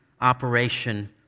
operation